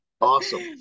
Awesome